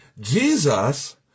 Jesus